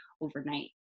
overnight